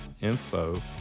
info